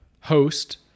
host